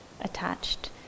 attached